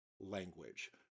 language